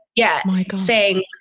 yeah. like saying,